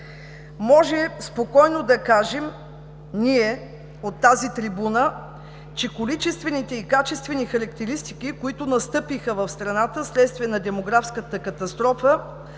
спокойно можем да кажем, че количествените и качествени характеристики, които настъпиха в страната в следствие на демографската катастрофа,